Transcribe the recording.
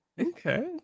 okay